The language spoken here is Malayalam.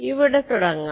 ഇവിടെ തുടങ്ങാം